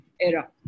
era